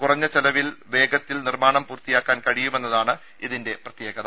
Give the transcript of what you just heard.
കുറഞ്ഞ ചെലവിൽ വേഗത്തിൽ നിർമ്മാണം പൂർത്തിയാക്കാൻ കഴിയുമെന്നതാണ് ഇതിന്റെ പ്രത്യേകത